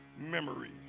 memory